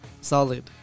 Solid